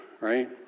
right